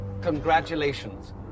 Congratulations